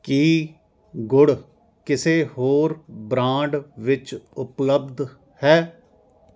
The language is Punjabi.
ਕੀ ਗੁੜ ਕਿਸੇ ਹੋਰ ਬ੍ਰਾਂਡ ਵਿੱਚ ਉਪਲੱਬਧ ਹੈ